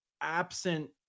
absent